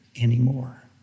anymore